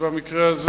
ובמקרה הזה